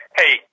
hey